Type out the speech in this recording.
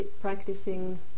practicing